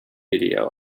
video